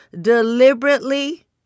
deliberately